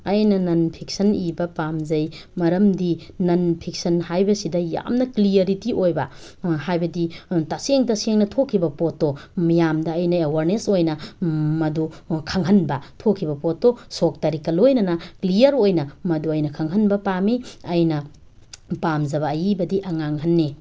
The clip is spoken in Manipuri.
ꯑꯩꯅ ꯅꯟ ꯐꯤꯛꯁꯟ ꯏꯕ ꯄꯥꯝꯖꯩ ꯃꯔꯝꯗꯤ ꯅꯟ ꯐꯤꯛꯁꯟ ꯍꯥꯏꯕꯁꯤꯗ ꯌꯥꯝꯅ ꯀ꯭ꯂꯤꯌꯔꯤꯇꯤ ꯑꯣꯏꯕ ꯍꯥꯏꯕꯗꯤ ꯇꯁꯦꯡ ꯇꯁꯦꯡꯅ ꯊꯣꯛꯈꯤꯕ ꯄꯣꯠꯇꯣ ꯃꯤꯌꯥꯝꯗ ꯑꯩꯅ ꯑꯦꯋꯥꯔꯅꯦꯁ ꯑꯣꯏꯅ ꯃꯗꯨ ꯈꯪꯍꯟꯕ ꯊꯣꯛꯈꯤꯕ ꯄꯣꯠꯇꯣ ꯁꯣꯛ ꯇꯥꯔꯤꯛꯀ ꯂꯣꯏꯅꯅ ꯀ꯭ꯂꯤꯌꯔ ꯑꯣꯏꯅ ꯃꯗꯨ ꯑꯩꯅ ꯈꯪꯍꯟꯕ ꯄꯥꯝꯃꯤ ꯑꯩꯅ ꯄꯥꯝꯖꯕ ꯑꯏꯕꯗꯤ ꯑꯉꯥꯡꯍꯟꯅꯤ